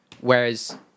whereas